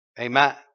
Amen